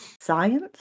science